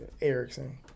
Ericsson